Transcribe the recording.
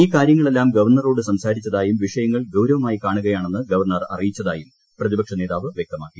ഈ കാര്യങ്ങളെല്ലാം ഗവർണറോട് സംസാരിച്ചതായും വിഷയങ്ങൾ ഗൌരവമായി കാണുകയാണെന്ന് ഗവർണർ അറിയിച്ചതായും പ്രതിപക്ഷ നേതാവ് വ്യക്തമാക്കി